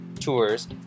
tours